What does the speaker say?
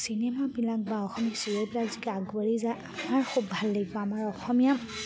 চিনেমাবিলাক বা অসমীয়া চিৰিয়েলবিলাক যে আগবাঢ়ি যায় আমাৰ খুব ভাল লাগিব আমাৰ অসমীয়া